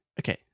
Okay